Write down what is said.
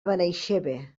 benaixeve